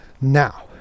Now